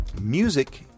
Music